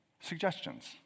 suggestions